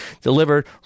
delivered